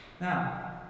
Now